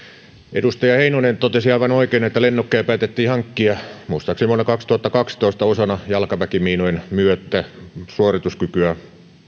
edustaja heinonen totesi aivan oikein että lennokkeja päätettiin hankkia muistaakseni vuonna kaksituhattakaksitoista osana jalkaväkimiinojen myötä poistuvaa suorituskykyä